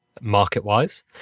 market-wise